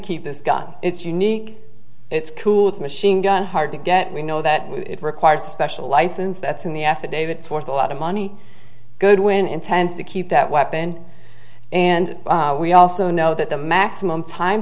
keep this gun it's unique it's cool to machine gun hard to get we know that we require special license that's in the affidavit it's worth a lot of money goodwin intends to keep that weapon and we also know that the maximum time